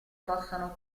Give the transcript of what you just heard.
possono